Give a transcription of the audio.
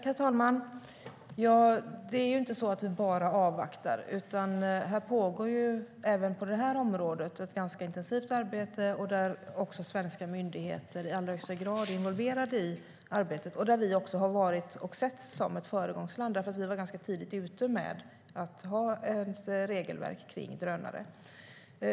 Herr talman! Det är inte så att vi bara avvaktar. Även på det här området pågår ett intensivt arbete där svenska myndigheter i allra högsta grad är involverade och där vi har varit och setts som ett föregångsland. Vi var ganska tidigt ute med att ha ett regelverk för drönare.